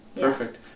perfect